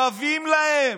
שווים להם.